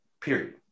Period